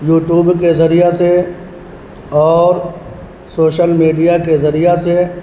YouTube کے ذریعہ سے اور سوشل میڈیا کے ذریعہ سے